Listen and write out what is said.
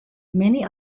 many